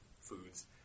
foods